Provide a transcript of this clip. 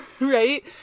right